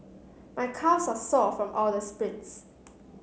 my calves are sore from all the sprints